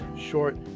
short